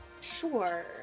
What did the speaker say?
Sure